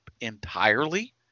entirely